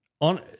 on